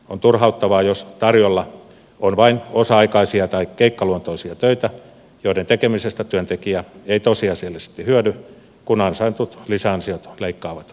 on turhauttavaa jos tarjolla on vain osa aikaisia tai keikkaluonteisia töitä joiden tekemisestä työntekijä ei tosiasiallisesti hyödy kun ansaitut lisäansiot leikkaavat sosiaaliturvaa